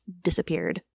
disappeared